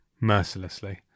mercilessly